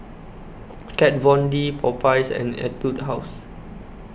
Kat Von D Popeyes and Etude House